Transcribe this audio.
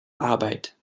arbeit